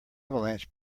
avalanche